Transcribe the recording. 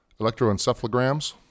electroencephalograms